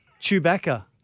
Chewbacca